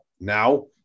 Now